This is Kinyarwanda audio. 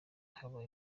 haba